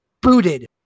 booted